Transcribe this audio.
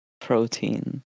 protein